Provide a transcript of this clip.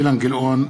אילן גילאון,